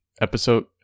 episode